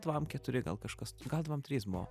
dvam keturi gal kažkas gal dvam trys buvo